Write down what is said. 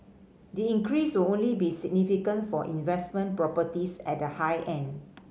the increase will only be significant for investment properties at the high end